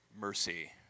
mercy